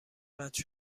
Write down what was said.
قطع